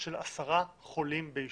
של עשרה חולים בישוב.